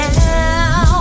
now